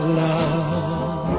love